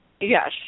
Yes